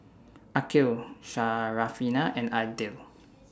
Aqil Syarafina and Aidil